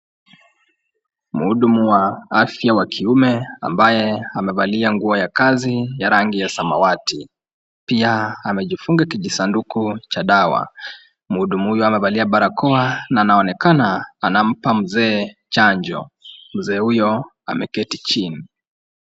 Mhudumu wa afya wa kiume ambaye amevalia nguo ya kazi ya rangi ya samawati pia amejifunga kijisanduku cha dawa. Mhudumu huyo amevalia barakoa na anaonekana anampa mzee chanjo. Mzee huyo ameketi chini.